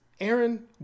Aaron